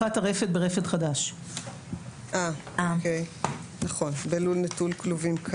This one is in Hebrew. ברפד חדש בלול נטול כלובים.